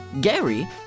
Gary